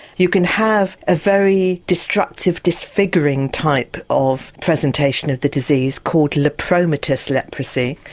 you can have a very destructive, disfiguring type of presentation of the disease called lepromatous leprosy,